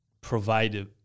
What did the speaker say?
provide